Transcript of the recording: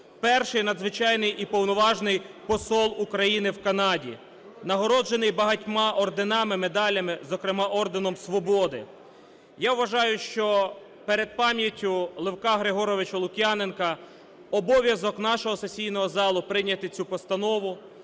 Перший Надзвичайний і Повноважний Посол України в Канаді, нагороджений багатьма орденами, медалями, зокрема орденом Свободи. Я вважаю, що перед пам'яттю Левка Григоровича Лук'яненка обов'язок нашого сесійного залу прийняти цю постанову,